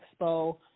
Expo